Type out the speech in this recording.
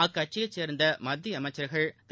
அக்கட்சியைச் சேர்ந்த மத்திய அமைச்சர்கள் திரு